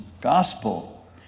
gospel